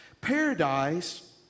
Paradise